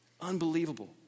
unbelievable